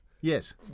Yes